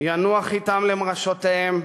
ינוח אתם, למראשותיהם,